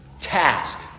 task